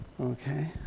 Okay